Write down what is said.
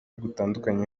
gutandukanye